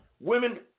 women